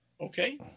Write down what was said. okay